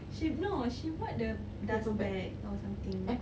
she no she bought the dust bag or something